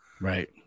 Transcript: Right